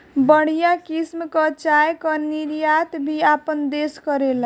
बढ़िया किसिम कअ चाय कअ निर्यात भी आपन देस करेला